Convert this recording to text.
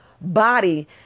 body